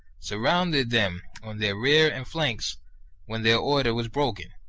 surrounded them on their rear and flanks when their order was broken.